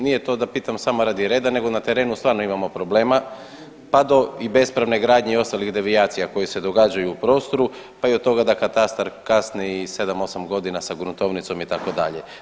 Nije da pitam to samo radi reda nego na terenu stvarno imamo problema pa do i bespravne gradnje i ostalih devijacija koje se događaju u prostoru, pa i od toga da katastar kasni 7-8 godina sa gruntovnicom itd.